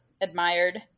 admired